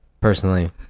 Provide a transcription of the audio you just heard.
personally